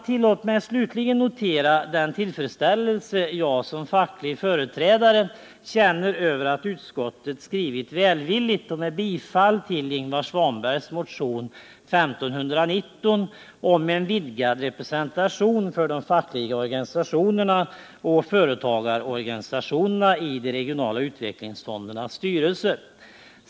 Tillåt mig slutligen notera den tillfredsställelse jag som facklig företrädare känner över att utskottet har skrivit välvilligt och tillstyrkt Ingvar Svanbergs motion 1519 om vidgad representation för de fackliga organisationerna och företagarorganisationerna i de regionala utvecklingsfondernas styrelser.